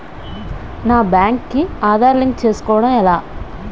నా బ్యాంక్ కి ఆధార్ లింక్ చేసుకోవడం ఎలా?